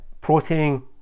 protein